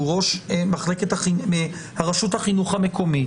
שהוא ראש הרשות החינוך המקומית,